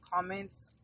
comments